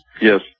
Yes